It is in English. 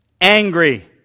Angry